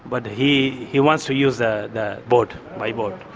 but he he wants to use the the boat, by boat.